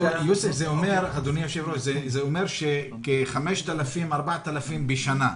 אדוני היושב ראש, זה אומר שכ-5,000, 4,000 בשנה.